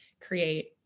create